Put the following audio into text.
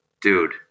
Dude